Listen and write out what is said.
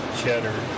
cheddar